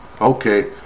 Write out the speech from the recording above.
Okay